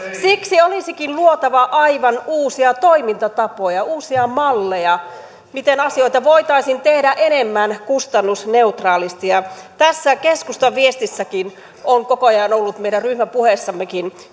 siksi olisikin luotava aivan uusia toimintatapoja uusia malleja miten asioita voitaisiin tehdä enemmän kustannusneutraalisti tästä keskustan viestissäkin on koko ajan ollut kysymys meidän ryhmäpuheessammekin